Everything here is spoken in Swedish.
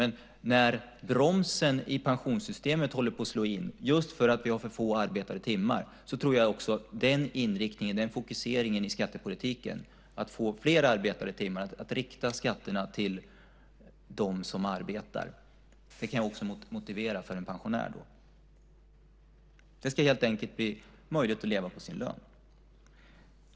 Men när bromsen i pensionssystemet håller på att slå till just därför att vi har för få arbetade timmar tror jag på den inriktningen, den fokuseringen, av skattepolitiken, att få fler arbetade timmar, att rikta skattesänkningarna till dem som arbetar. Det kan jag också motivera för en pensionär. Det ska helt enkelt bli möjligt att leva på sin lön.